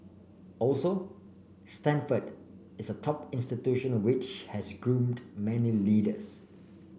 also Stanford is a top institution which has groomed many leaders